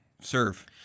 serve